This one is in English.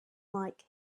like